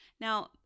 Now